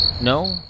No